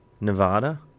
Nevada